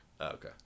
Okay